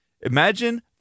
Imagine